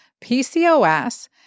PCOS